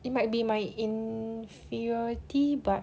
it might be my inferiority but